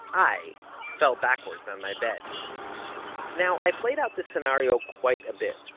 i fell backwards on my bed now i played out this scenario quite a bit,